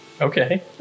Okay